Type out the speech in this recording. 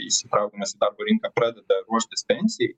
įsitraukiam mes į darbo rinką pradeda ruoštis pensijai